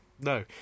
No